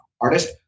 artist